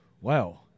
wow